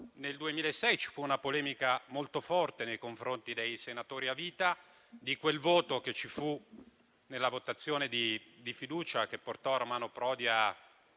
Nel 2006 ci fu una polemica molto forte nei confronti dei senatori a vita. In quella votazione di fiducia che portò Romano Prodi ad